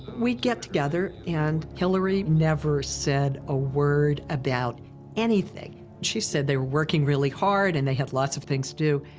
we'd get together and hillary never said a word about anything. she said they were working really hard and they had lots of things to do.